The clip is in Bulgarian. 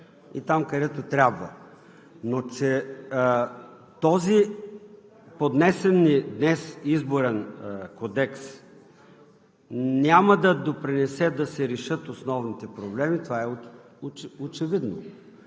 и там, където трябва. Но че този днес поднесен Изборен кодекс няма да допринесе да се решат основните проблеми, това е очевидно.